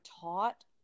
taught